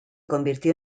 convirtió